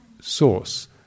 source